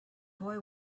boy